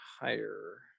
higher